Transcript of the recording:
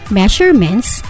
measurements